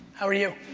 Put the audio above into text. are you?